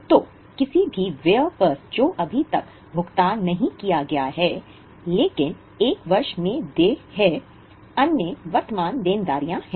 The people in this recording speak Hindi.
तो किसी भी व्यय पर जो अभी तक भुगतान नहीं किया गया है लेकिन 1 वर्ष में देय है अन्य वर्तमान देनदारियां हैं